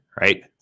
right